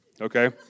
okay